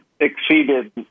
exceeded